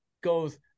goes